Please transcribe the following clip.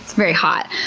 very hot.